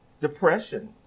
depression